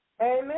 Amen